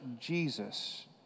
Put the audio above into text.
Jesus